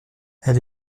elle